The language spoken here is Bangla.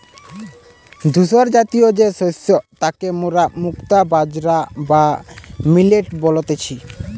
ধূসরজাতীয় যে শস্য তাকে মোরা মুক্তা বাজরা বা মিলেট বলতেছি